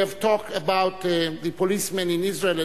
We have talked about the policemen in Israel,